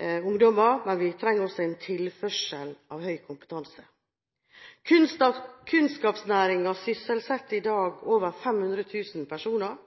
ungdommer, men vi trenger også en tilførsel av høy kompetanse. Kunnskapsnæringen sysselsetter i dag over 500 000 personer